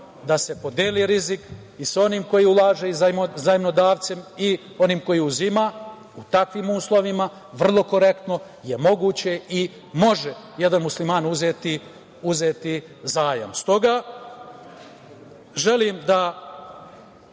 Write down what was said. da se podeli rizik i sa onim koji ulaže, zajmodavcem i onim koji uzima, u takvim uslovima vrlo korektno, je moguće i može jedan Musliman uzeti zajam. Stoga, želim da